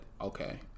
okay